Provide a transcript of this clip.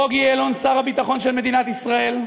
בוגי יעלון, שר הביטחון של מדינת ישראל,